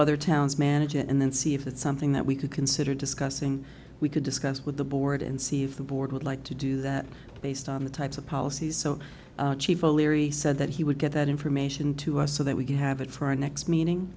other towns manage it and then see if it's something that we could consider discussing we could discuss with the board and see if the board would like to do that based on the types of policies so chief o'leary said that he would get that information to us so that we can have it for our next meaning